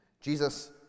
Jesus